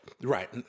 Right